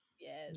Yes